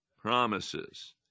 promises